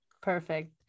Perfect